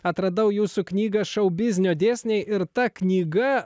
atradau jūsų knygą šou biznio dėsniai ir ta knyga